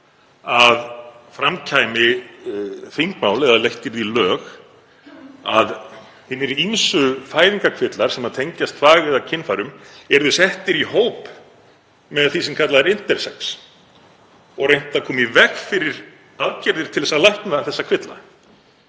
að fram kæmi þingmál eða að leitt yrði í lög að hinir ýmsu fæðingakvillar sem tengjast þvag- eða kynfærum yrðu settir í hóp með því sem kallað er intersex og reynt að koma í veg fyrir aðgerðir til að lækna þessa kvilla.